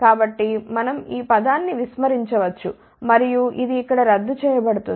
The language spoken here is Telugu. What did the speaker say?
కాబట్టి మనం ఈ పదాన్ని విస్మరించవచ్చు మరియు ఇది ఇక్కడ రద్దు చేయ బడుతుంది